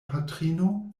patrino